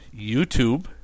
youtube